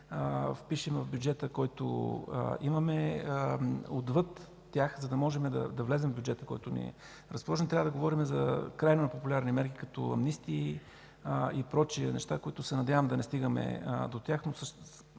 впишем в бюджета, който имаме отвъд тях, за да можем да влезем в бюджета. Трябва да говорим за крайно непопулярни мерки като амнистии, и прочее неща, до които се надявам да не стигаме.